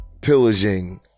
pillaging